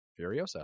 Furiosa